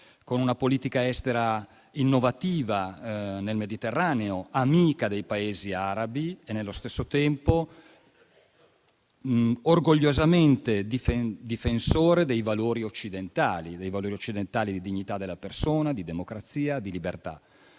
con una politica estera innovativa nel Mediterraneo, amica dei Paesi arabi, e nello stesso tempo orgogliosamente difensore dei valori occidentali, come quelli di dignità della persona, di democrazia, di libertà.